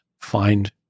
find